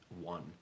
one